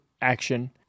action